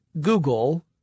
Google